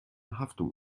haftung